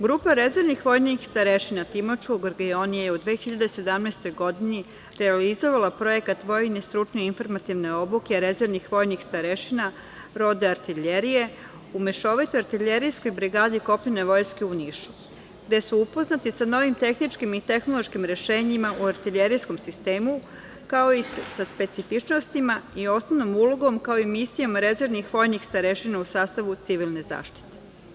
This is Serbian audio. Grupa rezervnih vojnih starešina Timočkog reona je u 2017. godini realizovala projekat vojne, stručne i informativne obuke rezervnih vojnih starešina, roda artiljerije, u mešovitoj artiljerijskoj brigadi kopnene vojske u Nišu, gde su upoznati sa novim tehničkim i tehnološkim rešenjima u artiljerijskom sistemu, kao i sa specifičnostima i osnovnom ulogom, kao i misijama rezervnih vojnih starešina u sastavu civilne zaštite.